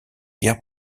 guerre